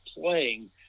playing